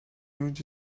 اونجا